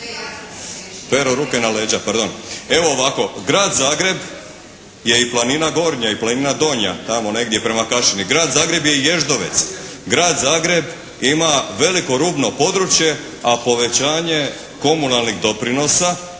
Evo ovako grad Zagreb je i Planina Gornja i Planina Donja tamo negdje prema Kašini. Grad Zagreb je i Ježdovec. Grad Zagreb ima veliko rubno područje a povećanje komunalnih doprinosa